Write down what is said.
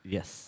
Yes